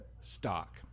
stock